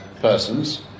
persons